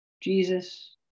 Jesus